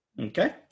Okay